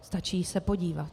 Stačí se podívat.